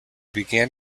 began